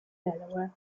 delaware